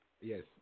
Yes